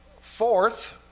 fourth